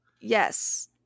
Yes